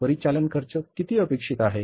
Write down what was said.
परिचालन खर्च किती अपेक्षित आहे